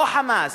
או ה"חמאס".